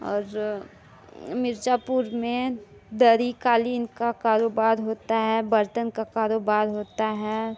और मिर्ज़ापुर में दरी क़ालिन का कारोबार होता है बर्तन का कारोबार होता है